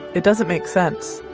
it doesn't make sense.